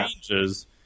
changes